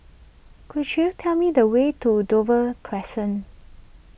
could you tell me the way to Dover Crescent